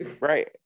Right